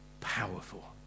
powerful